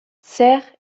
zer